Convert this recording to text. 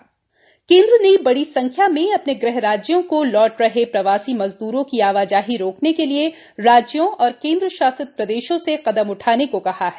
गहमंत्रालय प्रवासी मजदर केंद्र ने बड़ी संख्या में अपने गृह राज्यों को लौट रहे प्रवासी मजद्रों की आवाजाही रोकने के लिए राज्यों और केन्द्र शासित प्रदेशों से कदम उठाने को कहा है